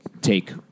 take